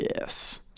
Yes